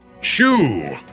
Shoo